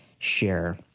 share